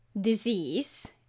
disease